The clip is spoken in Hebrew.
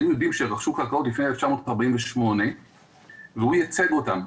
היו יהודים שרכשו קרקעות לפני 1948 והוא ייצג אותם.